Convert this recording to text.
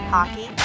Hockey